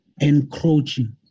encroaching